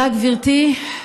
תודה, גברתי.